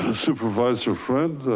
supervisor friend.